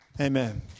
Amen